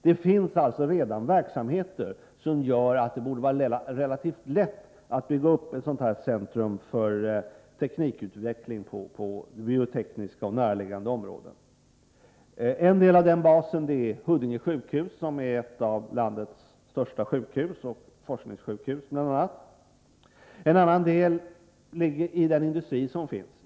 Det finns redan verksamheter som gör att det borde vara relativt lätt att bygga upp ett centrum för teknikutveckling när det gäller bioteknik och näraligggande områden. En del av denna bas är Huddinge sjukhus, som är ett av landets största sjukhus och bl.a. forskningssjukhus. En annan del utgör den industri som finns.